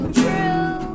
true